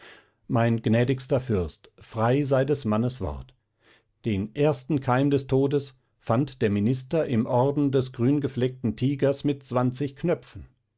mein gnädigster fürst frei sei des mannes wort den ersten keim des todes fand der minister im orden des grüngefleckten tigers mit zwanzig knöpfen